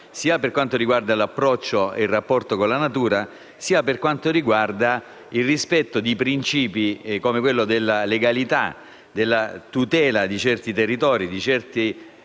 sia per quanto riguarda l'approccio e il rapporto con la natura, sia per quanto riguarda il rispetto di principi come quello di legalità e di tutela di certi territori, di certi